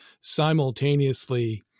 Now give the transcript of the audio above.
simultaneously